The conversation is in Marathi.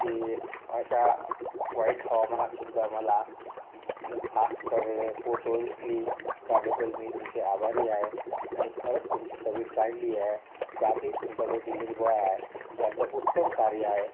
ती अशा वाईट हवामानातसुद्धा मला फास्ट तऱ्हेने पोहचवली त्याबद्दल मी तुमचे आभारी आहे आणि खरंच तुमची सर्विस चांगली आहे त्यात ही तुमचा जो डिलीवरी बॉय आहे त्याचं उत्तम कार्य आहे